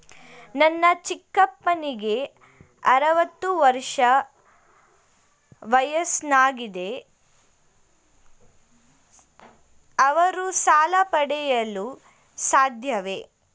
ನನ್ನ ಚಿಕ್ಕಪ್ಪನಿಗೆ ಅರವತ್ತು ವರ್ಷ ವಯಸ್ಸಾಗಿದೆ ಅವರು ಸಾಲ ಪಡೆಯಲು ಸಾಧ್ಯವೇ?